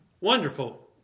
Wonderful